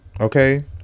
Okay